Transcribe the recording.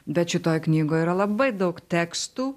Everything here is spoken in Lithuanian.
bet šitoje knygoje yra labai daug tekstų